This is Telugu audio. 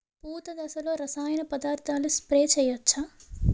పూత దశలో రసాయన పదార్థాలు స్ప్రే చేయచ్చ?